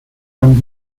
and